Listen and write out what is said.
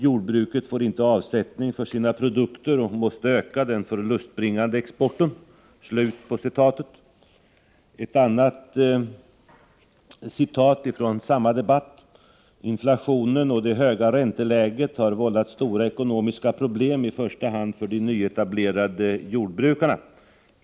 Jordbruket får inte avsättning för sina produkter och måste öka den förlustbringande exporten.” I samma debatt sade han: ”Inflationen och det höga ränteläget har vållat stora ekonomiska problem i första hand för de nyetablerade jordbrukarna.